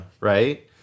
Right